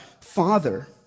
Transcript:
Father